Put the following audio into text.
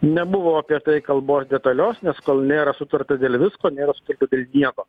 nebuvo apie tai kalbos detalios nes kol nėra sutarta dėl visko nėra sutarta dėl nieko